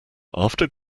after